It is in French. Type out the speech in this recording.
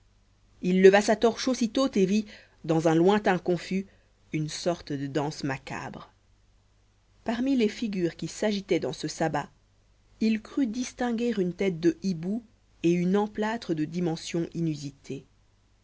il leva sa torche aussitôt et vit dans un lointain confus une sorte de danse macabre parmi les figures qui s'agitaient dans ce sabbat il crut distinguer une tête de hibou et une emplâtre de dimension inusitée